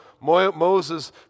Moses